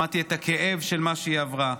שמעתי את הכאב של מה שהיא עברה,